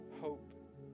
hope